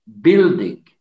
building